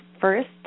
first